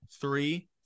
three